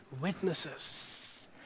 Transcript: witnesses